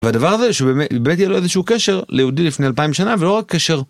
והדבר הזה, שבאמת יהיה לו איזשהו קשר ליהודי לפני אלפיים שנה, ולא רק קשר...